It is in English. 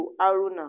Aruna